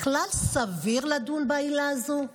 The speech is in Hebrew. בכלל סביר לדון בעילה הזו?